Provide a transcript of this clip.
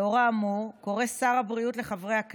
לאור האמור קורא שר הבריאות לחברי חברי